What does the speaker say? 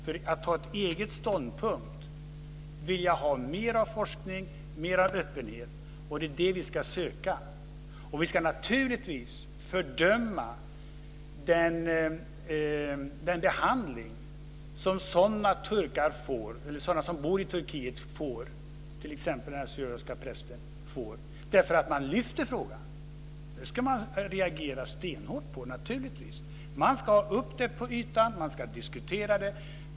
För att kunna ha en egen ståndpunkt vill jag ha mer av forskning och mer av öppenhet. Det är det vi ska söka. Vi ska naturligtvis fördöma den behandling som de som bor i Turkiet får, t.ex. den assyriske prästen, därför att de lyfter upp frågan. Det ska vi naturligtvis reagera stenhårt på. Vi ska ta upp det till ytan och diskutera det.